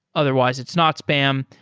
otherwise it's not spam.